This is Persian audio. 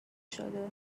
شده